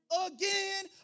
again